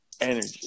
Energy